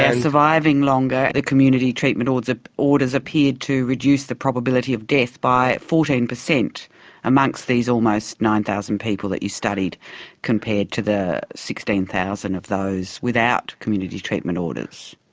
and surviving longer, and community treatment orders ah orders appeared to reduce the probability of death by fourteen percent among these almost nine thousand people that you studied compared to the sixteen thousand of those without community treatment orders?